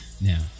Now